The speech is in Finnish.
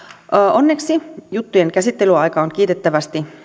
onneksi juttujen käsittelyaika on kiitettävästi